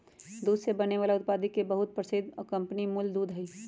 दूध से बने वाला उत्पादित के बहुत प्रसिद्ध कंपनी अमूल दूध हई